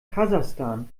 kasachstan